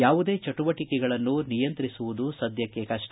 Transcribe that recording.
ಯಾವುದೇ ಚಟುವಟಿಗಳನ್ನು ನಿಯಂತ್ರಿಸುವುದು ಸದ್ಯಕ್ಕೆ ಕಷ್ಟ